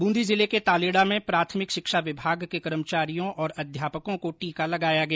बूंदी जिले के तालेड़ा में प्राथमिक शिक्षा विभाग के कर्मचारियों और अध्यापकों को टीका लगाया गया